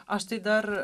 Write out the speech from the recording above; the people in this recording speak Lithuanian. aš tai dar